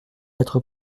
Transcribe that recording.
lettre